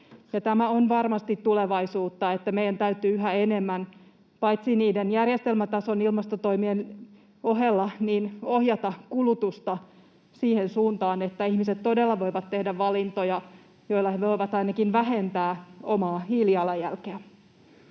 Tämä on varmasti tulevaisuutta, niin että meidän täytyy yhä enemmän, — niiden järjestelmätason ilmastotoimien ohella — ohjata kulutusta siihen suuntaan, että ihmiset todella voivat tehdä valintoja, joilla he voivat ainakin vähentää omaa hiilijalanjälkeään.